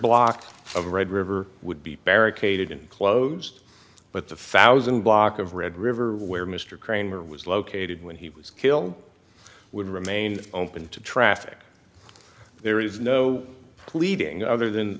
block of red river would be barricaded and closed but the thousand block of red river where mr kramer was located when he was killed would remain open to traffic there is no pleading other than